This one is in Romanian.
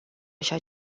așa